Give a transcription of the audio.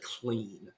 clean